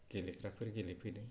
गेलेग्राफोर गेलेफैदों